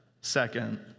second